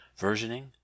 versioning